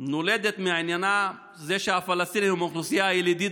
נולדות מזה שהפלסטינים הם האוכלוסייה הילידית